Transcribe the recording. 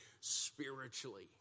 spiritually